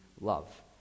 love